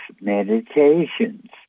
meditations